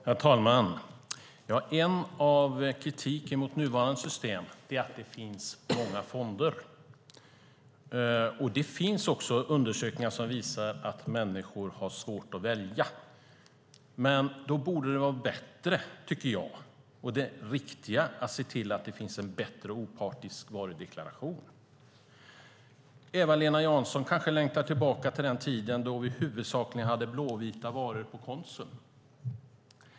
Herr talman! En kritik mot nuvarande system är att det finns många fonder. Det finns också undersökningar som visar att människor har svårt att välja. Det borde vara bättre och det riktiga att se till att det finns en opartisk varudeklaration. Eva-Lena Jansson kanske längtar tillbaka till den tid då vi huvudsakligen hade blåvita varor på Konsum.